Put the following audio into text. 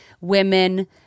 women